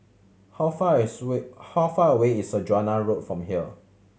how far is way how far away is Saujana Road from here